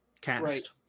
cast